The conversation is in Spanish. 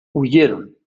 huyeron